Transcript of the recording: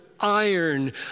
iron